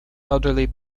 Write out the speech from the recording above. elderly